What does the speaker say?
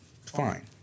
Fine